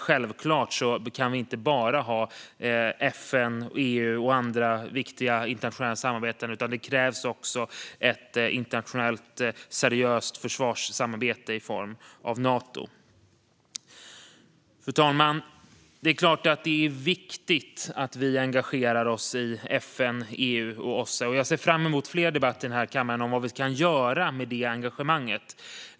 Självklart kan vi inte ha bara FN, EU och andra viktiga internationella samarbeten, utan det krävs också ett seriöst internationellt försvarssamarbete i form av Nato. Fru talman! Det är klart att det är viktigt att vi engagerar oss i FN, EU och OSSE. Jag ser fram emot fler debatter här i kammaren om vad vi kan göra med det engagemanget.